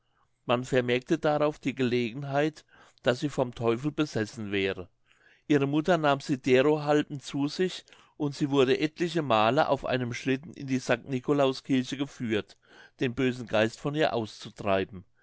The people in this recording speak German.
man vermerkte darauf die gelegenheit daß sie vom teufel besessen wäre ihre mutter nahm sie derohalben zu sich und sie wurde etliche male auf einem schlitten in die st nicolauskirche geführt den bösen geist von ihr auszutreiben